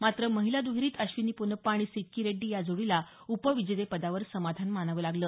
मात्र महिला द्रहेरीत अश्विनी पोनप्पा आणि सिक्की रेड्डी या जोडीला उपविजेतेपदावर समाधान मानावं लागलं